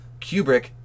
kubrick